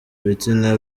ibitsina